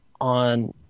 on